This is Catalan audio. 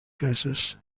cases